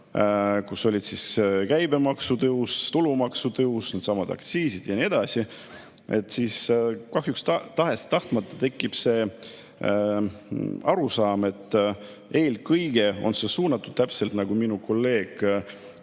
kus olid sees käibemaksu tõus, tulumaksu tõus, needsamad aktsiisid ja nii edasi, siis kahjuks tahes-tahtmata tekib arusaam, et eelkõige on see suunatud, täpselt nagu minu kolleeg Kersti